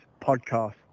Podcast